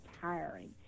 tiring